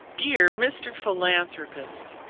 dear mr. philanthropist,